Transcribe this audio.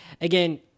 again